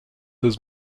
his